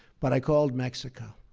but i called mexico.